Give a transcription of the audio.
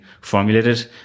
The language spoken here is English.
formulated